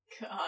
God